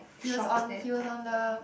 he was on he was on the